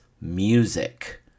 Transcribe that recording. music